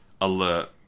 alert